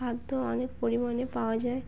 খাদ্য অনেক পরিমাণে পাওয়া যায়